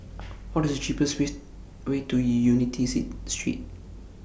What IS The cheapest ways Way to E Unity Say Street